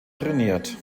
trainiert